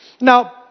Now